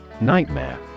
Nightmare